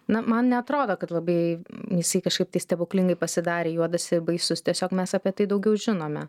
na man neatrodo kad labai jisai kažkaip tai stebuklingai pasidarė juodas ir baisus tiesiog mes apie tai daugiau žinome